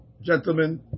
gentlemen